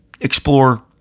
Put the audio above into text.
explore